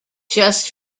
just